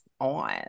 on